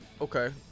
Okay